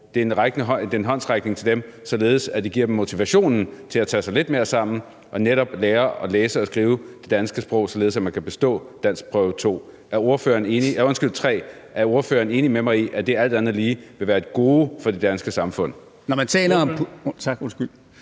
Det er en håndsrækning til dem, således at det giver dem motivationen til at tage sig lidt mere sammen og netop lære at læse og skrive det danske sprog, således at man kan bestå danskprøve 3. Er ordføreren enig med mig i, at det alt andet lige vil være et gode for det danske samfund?